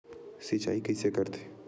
सिंचाई कइसे करथे?